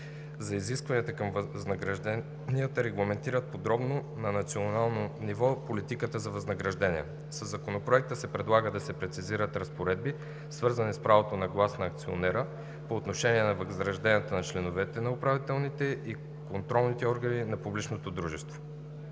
за изискванията към възнагражденията регламентират подробно на национално ниво политиката за възнагражденията. Със Законопроекта се предлага да се прецизират разпоредбите, свързани с правото на глас на акционера по отношение на възнагражденията на членовете на управителните и контролните органи на публичното дружество.